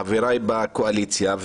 חבריי בקואליציה.